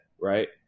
right